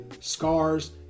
scars